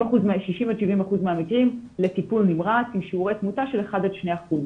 60%-70% מהמקרים לטיפול נמרץ עם שיעורי תמותה של 1%-2%.